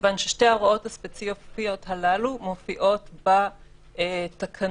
מכיוון ששתי ההוראות הספציפיות הללו מופיעות בתקנות